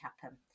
happen